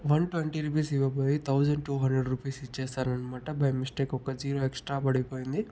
one twenty rupees ఇవ్వబోయి thousand two hundred rupees ఇచ్చేసాన్ననమాట by mistake ఒక జీరో ఎక్స్ట్రా పడిపోయింది